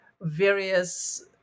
various